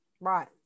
Right